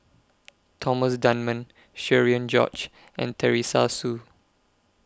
Thomas Dunman Cherian George and Teresa Hsu